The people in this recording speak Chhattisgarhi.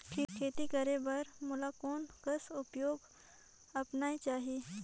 खेती करे बर मोला कोन कस उपाय अपनाये चाही?